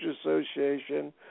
association